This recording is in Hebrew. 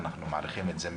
אנחנו מעריכים את זה מאוד.